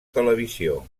televisió